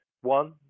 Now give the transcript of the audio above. One